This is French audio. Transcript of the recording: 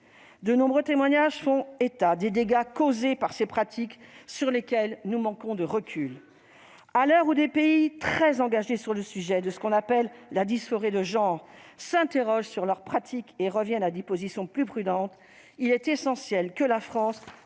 De nombreux témoignages font état des dégâts que causent ces pratiques sur lesquelles nous manquons de recul. À l'heure où des pays très engagés sur le sujet de ce que l'on appelle « la dysphorie de genre » s'interrogent sur leurs pratiques et reviennent à des positions plus prudentes, il est essentiel que la France